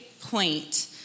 point